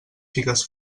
figues